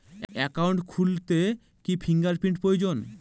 Account খুলতে কি finger print প্রয়োজন?